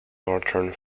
northern